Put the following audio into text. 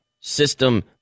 system